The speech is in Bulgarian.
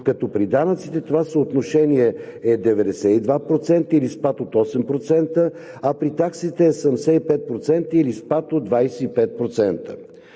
като при данъците това съотношение е 92%, или спад от 8%, а при таксите е 75%, или спад от 25%.